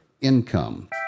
income